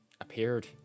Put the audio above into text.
appeared